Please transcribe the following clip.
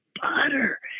butter